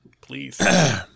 Please